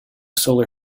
solar